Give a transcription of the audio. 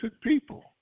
people